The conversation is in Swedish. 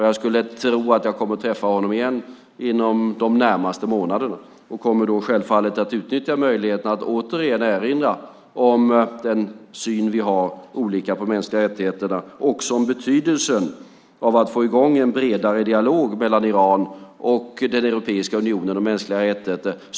Jag skulle tro att jag kommer att träffa honom igen inom de närmaste månaderna, och jag kommer då självfallet att utnyttja möjligheten att återigen erinra om den olika syn vi har på mänskliga rättigheter och också om betydelsen av att få i gång en bredare dialog mellan Iran och Europeiska unionen om mänskliga rättigheter.